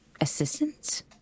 assistance